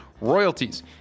royalties